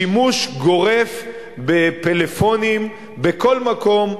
שימוש גורף בפלאפונים בכל מקום,